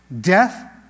Death